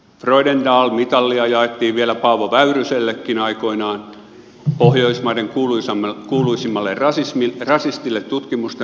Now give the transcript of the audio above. freudenthal mitalia jaettiin vielä paavo väyrysellekin aikoinaan pohjoismaiden kuuluisimman rasistin mukaan tutkimusten perusteella